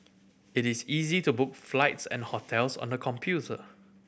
it is easy to book flights and hotels on the computer